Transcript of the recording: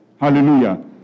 Hallelujah